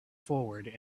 forward